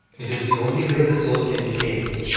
it is the only way the soul can be saved.